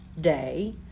day